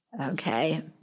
Okay